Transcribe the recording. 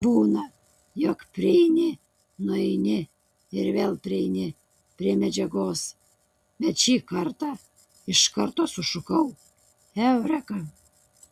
būna jog prieini nueini ir vėl prieini prie medžiagos bet šį kartą iš karto sušukau eureka